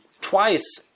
twice